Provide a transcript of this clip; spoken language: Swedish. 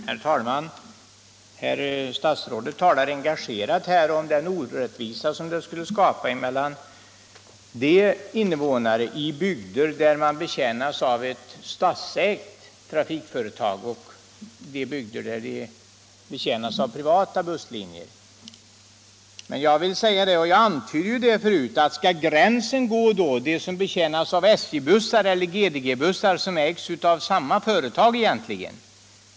Herr talman! Herr statsrådet talar här engagerat om den orättvisa som skulle skapas mellan invånarna i de bygder som betjänas av ett statsägt företag och invånarna i de bygder som betjänas av privata busslinjer. Men jag vill då fråga, och jag antydde även tidigare den frågan: Skall gränsen gå mellan de bygder som betjänas av SJ-bussar och de bygder som betjänas av GDG-bussar, vilka egentligen ägs av samma företag?